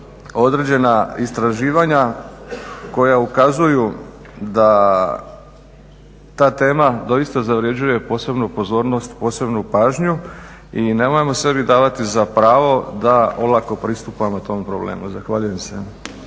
određena istraživanja koja ukazuju da ta tema doista zavređuje posebnu pozornost, posebnu pažnju i nemojmo sebi davati za pravo da olako pristupamo tom problemu. Zahvaljujem se.